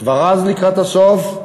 כבר אז, לקראת הסוף,